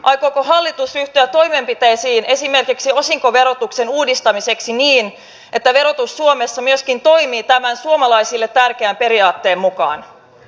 aikooko hallitus ryhtyä toimenpiteisiin esimerkiksi osinkoverotuksen uudistamiseksi niin että verotus suomessa myöskin toimii tämän suomalaisille tärkeän periaatteen mukaan